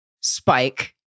Spike